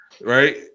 Right